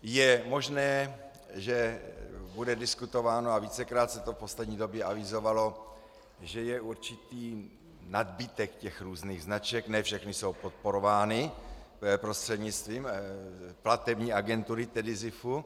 Je možné, že bude diskutováno a vícekrát se to v poslední době avizovalo, že je určitý nadbytek různých značek, ne všechny jsou podporovány prostřednictvím platební agentury, tedy ZIFu.